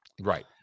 Right